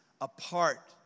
apart